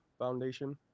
Foundation